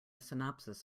synopsis